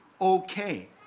okay